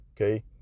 okay